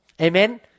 Amen